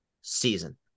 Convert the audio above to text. season